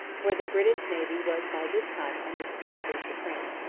where the british navy was by this time undisputedly supreme.